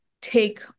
take